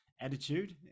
attitude